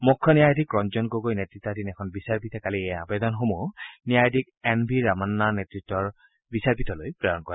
মুখ্য ন্যায়াধীশ ৰঞ্জন গগৈ নেততাধীন এখন বিচাৰপীঠে কালি এই আৱেদনসমূহ ন্যায়াধীশ এন ভি ৰামান্না নেতৃতৰ বিচাৰপীঠলৈ প্ৰেৰণ কৰে